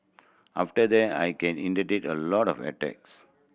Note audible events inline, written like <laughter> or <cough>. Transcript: after that I can <unintelligible> a lot of attacks